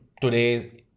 today